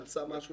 עשה משהו